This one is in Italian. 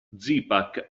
zipak